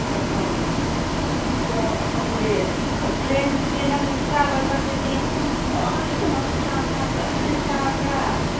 ꯍꯣꯏ ꯍꯣꯏ ꯎꯝ ꯑꯗꯣ ꯑꯩꯈꯣꯏꯒꯤ ꯐ꯭ꯔꯦꯟꯁꯤꯗꯤ ꯅꯪ ꯆꯥꯕ ꯊꯛꯄꯗꯤ ꯂꯣꯏꯅꯃꯛ ꯁꯥ ꯉꯥ ꯂꯣꯏꯅ ꯆꯥꯕ꯭ꯔꯥ